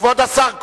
כבוד השר כהן.